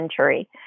century